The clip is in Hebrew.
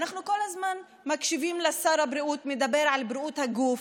אנחנו כל הזמן מקשיבים לשר הבריאות מדבר על בריאות הגוף,